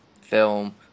film